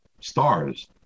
stars